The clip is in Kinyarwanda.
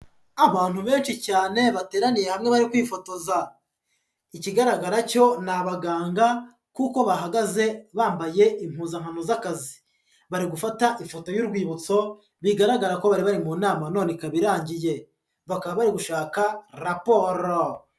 Abantu benshi cyane bateraniye hamwe bari kwifotoza, ikigaragara cyo ni abaganga kuko bahagaze bambaye impuzankano z'akazi, bari gufata ifoto y'urwibutso, bigaragara ko bari bari mu nama none ikaba irangiye, bakaba bari gushaka raporo.